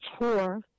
tour